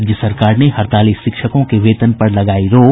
राज्य सरकार ने हड़ताली शिक्षकों के वेतन पर लगायी रोक